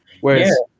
whereas